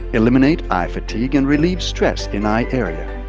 eliminate eye fatigue and relieve stress in eye area.